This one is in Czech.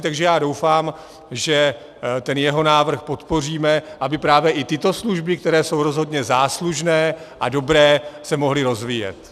Takže já doufám, že ten jeho návrh podpoříme, aby právě i tyto služby, které jsou rozhodně záslužné a dobré, se mohly rozvíjet.